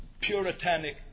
puritanic